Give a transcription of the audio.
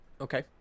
Okay